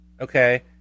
Okay